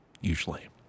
Usually